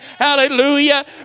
Hallelujah